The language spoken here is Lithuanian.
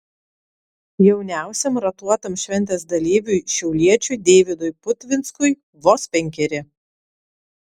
jauniausiam ratuotam šventės dalyviui šiauliečiui deividui putvinskui vos penkeri